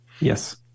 Yes